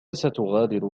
ستغادر